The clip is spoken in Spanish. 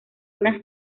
unas